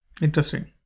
Interesting